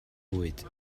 bwyd